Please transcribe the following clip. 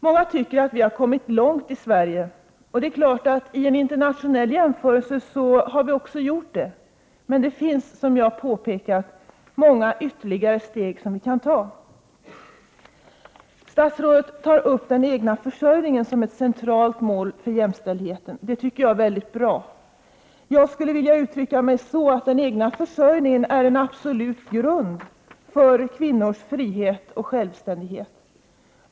Många tycker att vi har kommit långt i Sverige. Det är klart att vi vid en internationell jämförelse också har gjort det. Men, som jag har påpekat, det fattas ett antal ytterligare steg som vi måste ta. Statsrådet tar upp den egna försörjningen som ett centralt mål för jämställdheten. Det är bra. Jag skulle vilja uttrycka mig så, att den egna försörjningen är en absolut grund för kvinnors frihet och självständighet.